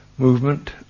Movement